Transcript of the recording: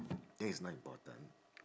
that is not important